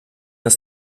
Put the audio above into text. ist